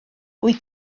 wyt